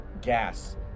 gas